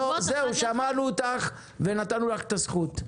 שמענו אותך ונתנו לך את הזכות.